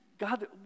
God